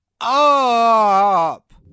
up